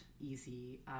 easy